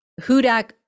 Hudak